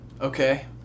Okay